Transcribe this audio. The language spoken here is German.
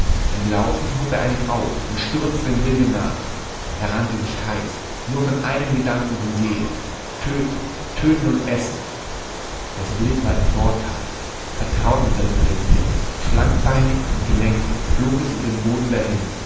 im laufen hob er einen auf und stürzte dem wilde nach er rannte sich heiß nur von einem gedanken beseelt töten töten und essen das wild war im vorteil vertraut mit seinem revier schlankbeinig und gelenkig flog es über den boden dahin